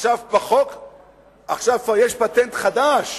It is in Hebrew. עכשיו כבר יש פטנט חדש,